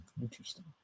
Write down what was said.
Interesting